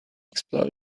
explosion